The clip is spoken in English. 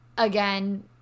Again